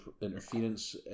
interference